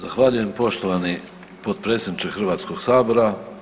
Zahvaljujem, poštovani potpredsjedniče Hrvatskog sabora.